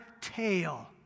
tail